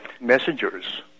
messengers